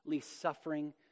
suffering